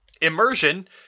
Immersion